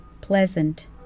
Pleasant